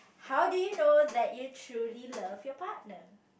how do you know that you truly love your partner